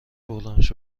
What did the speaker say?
بردمش